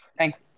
Thanks